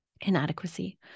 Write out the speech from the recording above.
inadequacy